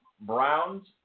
Browns